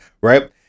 Right